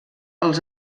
els